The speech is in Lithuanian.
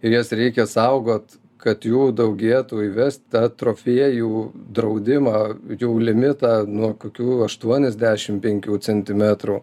ir jas reikia saugot kad jų daugėtų įvest tą trofėjų draudimą jų limitą nuo kokių aštuoniasdešim penkių centimetrų